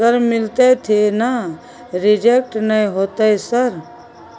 Sir मिलते थे ना रिजेक्ट नय होतय सर?